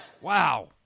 Wow